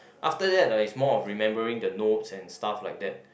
after that uh it's more of remembering the notes and stuff like that